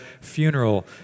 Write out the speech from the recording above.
funeral